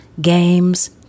games